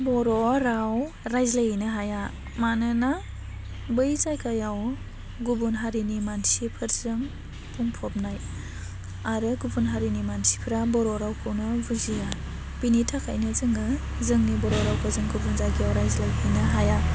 बर' राव राज्लायहैनो हाया मानोना बै जायगायाव गुबुन हारिनि मानसिफोरजों बुंफबनाय आरो गुबुन हारिनि मानसिफोरा बर' रावखौनो बुजिया बेनि थाखायनो जोङो जोंनि बर' रावखौ गुबुन जायगायाव रायज्लाय हैनो हाया